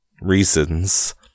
reasons